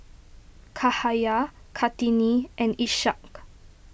Cahaya Kartini and Ishak